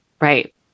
Right